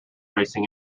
racing